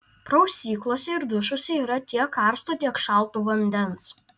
prausyklose ir dušuose yra tiek karšto tiek šalto vandens